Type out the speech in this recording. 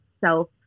self